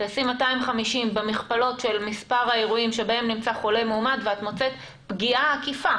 250 במכפלות של מספר האירועים שבהם נמצא חולה מאומת נמצא פגיעה עקיפה,